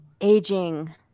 aging